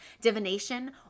divination